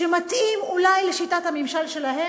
שמתאים אולי לשיטת הממשל שלהם,